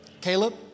Caleb